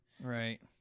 Right